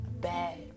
bad